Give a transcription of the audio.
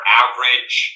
average